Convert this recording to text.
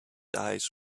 eyes